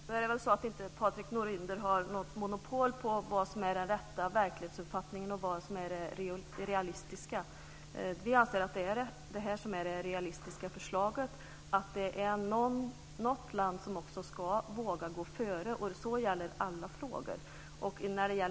Fru talman! Nu är det så att Patrik Norinder inte har monopol på vad som är den rätta verklighetsuppfattningen och vad som är det realistiska. Vi anser att detta är det realistiska förslaget. Något land ska våga gå före, och så är det i alla frågor. I